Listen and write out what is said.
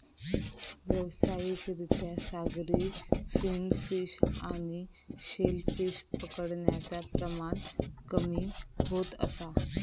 व्यावसायिक रित्या सागरी फिन फिश आणि शेल फिश पकडण्याचा प्रमाण कमी होत असा